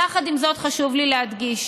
יחד עם זאת חשוב לי להדגיש: